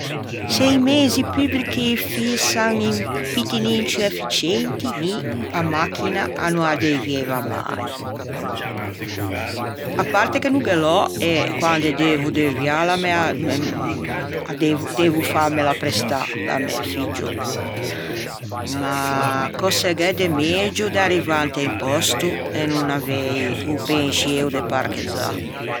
Se i mezi pubrichi fïsan un pittin ciù efficienti, mi a machina a no â deuvieiva mai, à parte che no ghe l'ò e quande devo deuviâla me â devo fâmela imprestâ da mæ figgio, ma cöse gh'é de megio de arrivâ inte un pòsto e no avei o pensceo de parchezzâ?